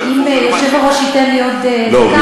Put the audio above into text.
אם היושב-ראש ייתן לי עוד דקה,